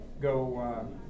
go